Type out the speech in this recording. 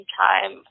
time